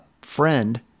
friend